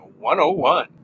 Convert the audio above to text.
101